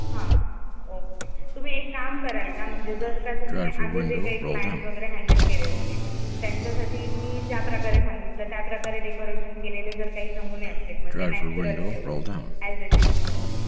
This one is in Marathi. हां ओके तुम्ही एक काम कराल का म्हणजे जर का तुम्ही आधी जे काही क्लायंट वगैरे हँडल केले असतील त्यांच्यासाठी मी ज्याप्रकारे सांगितलं त्याप्रकारे डेकोरेशन केलेले जर काही नमूने असतील म्हणजे नॅचरल ठेवून ॲज ईट ईज ठेवून